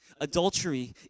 Adultery